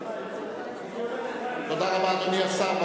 בוועדה, היא לא מסכימה, תודה רבה, אדוני השר.